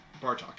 Bartok